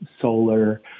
solar